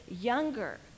younger